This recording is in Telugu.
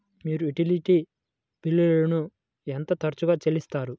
మీరు యుటిలిటీ బిల్లులను ఎంత తరచుగా చెల్లిస్తారు?